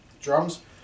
drums